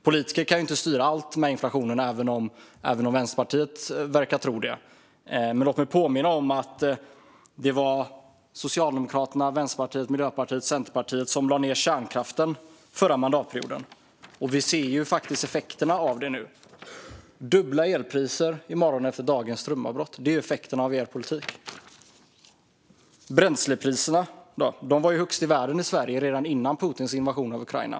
Politiker kan inte styra allt i fråga om inflationen, även om Vänsterpartiet verkar tro det, men låt mig påminna om att det var Socialdemokraterna, Vänsterpartiet, Miljöpartiet och Centerpartiet som lade ned kärnkraften förra mandatperioden. Vi ser nu effekterna av det. "Dubbla elpriser i morgon efter dagens strömavbrott", lyder en rubrik i dag. Det är effekten av er politik. Bränslepriserna i Sverige var högst i världen redan innan Putins invasion av Ukraina.